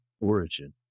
origin